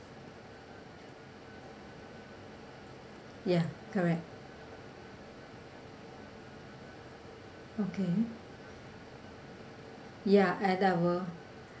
ya correct okay ya at our